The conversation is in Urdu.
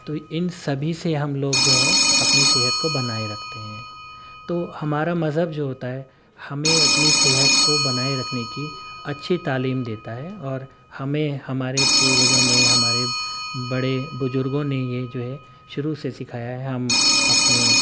تو ان سبھی سے ہم لوگ جو ہے اپنی صحت کو بنائے رکھتے ہیں تو ہمارا مذہب جو ہوتا ہے ہمیں اپنی صحت کو بنائے رکھنے کی اچھی تعلیم دیتا ہے اور ہمیں ہمارے پروجوں نے ہمارے بڑے بزرگوں نے یہ جو ہے شروع سے سیکھایا ہے ہم اپنی